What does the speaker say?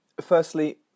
Firstly